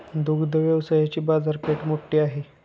दुग्ध व्यवसायाची बाजारपेठ मोठी आहे